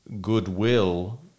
goodwill